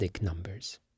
numbers